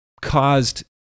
caused